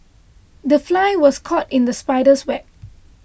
the fly was caught in the spider's web